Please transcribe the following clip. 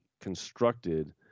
constructed